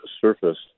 surfaced